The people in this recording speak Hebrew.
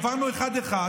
עברנו אחד אחד.